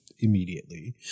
immediately